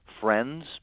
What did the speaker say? friends